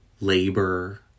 labor